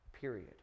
Period